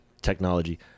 technology